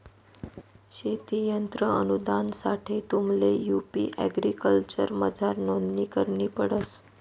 शेती यंत्र अनुदानसाठे तुम्हले यु.पी एग्रीकल्चरमझार नोंदणी करणी पडस